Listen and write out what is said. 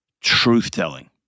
truth-telling